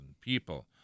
people